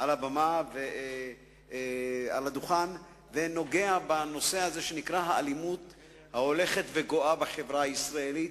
על הדוכן ונוגע בנושא הזה של האלימות ההולכת וגואה בחברה הישראלית,